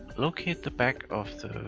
locate the back of the.